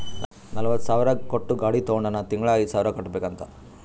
ನಲ್ವತ ಸಾವಿರ್ ಕೊಟ್ಟು ಗಾಡಿ ತೊಂಡಾನ ತಿಂಗಳಾ ಐಯ್ದು ಸಾವಿರ್ ಕಟ್ಬೇಕ್ ಅಂತ್